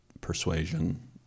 persuasion